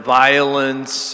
violence